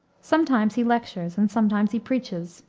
sometimes he lectures and sometimes he preaches,